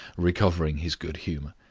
recovering his good humor.